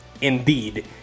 indeed